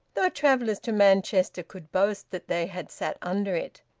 though travellers to manchester could boast that they had sat under it.